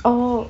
oh